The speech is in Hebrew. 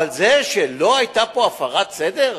אבל זה שלא היתה פה הפרת סדר?